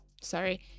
sorry